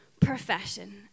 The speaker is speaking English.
Profession